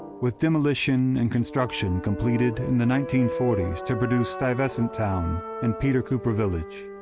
with demolition and construction completed in the nineteen forty s to produce stuyvesant town and peter cooper village.